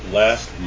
last